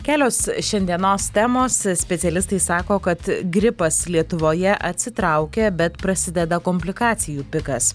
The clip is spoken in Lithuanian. kelios šiandienos temos specialistai sako kad gripas lietuvoje atsitraukia bet prasideda komplikacijų pikas